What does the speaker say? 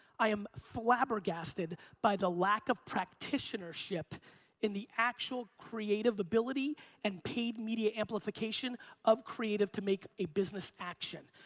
i am flabbergasted by the lack of practitionership in the actual creative ability and paid media amplification of creative to make a business action.